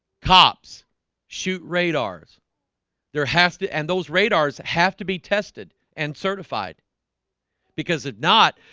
cops shoot radars there has to and those radars have to be tested and certified because if not,